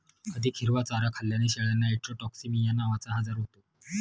अधिक हिरवा चारा खाल्ल्याने शेळ्यांना इंट्रोटॉक्सिमिया नावाचा आजार होतो